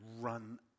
run